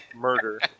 murder